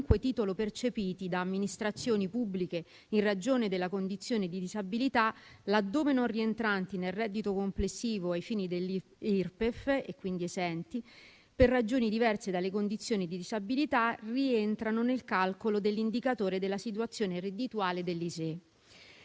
titolo percepiti da amministrazioni pubbliche in ragione della condizione di disabilità, laddove non rientranti nel reddito complessivo ai fini dell'imposta sul reddito delle persone fisiche (Irpef), e quindi esenti, per ragioni diverse dalle condizioni di disabilità, rientrino nel calcolo dell'indicatore della situazione reddituale dell'ISEE.